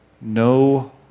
no